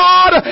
God